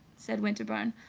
said winterbourne,